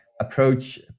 approach